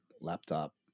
laptop